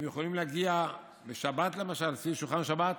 הם יכולים להגיע בשבת, למשל, סביב שולחן שבת,